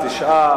התש"ע 2010,